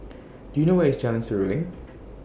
Do YOU know Where IS Jalan Seruling